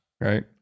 Right